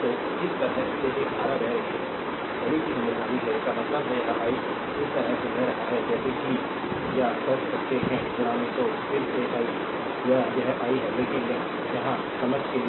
तो इस तरह से एक धारा बह रही है घड़ी की समझदारी है इसका मतलब है यह आई इस तरह से बह रहा है जैसे कि या कर सकते हैं सोर्स फिर से आई यह यह आई है लेकिन यहाँ your समझ के लिए